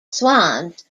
swans